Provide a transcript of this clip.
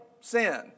sin